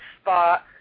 spot